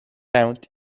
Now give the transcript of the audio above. pęd